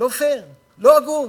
לא פייר, לא הגון.